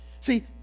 See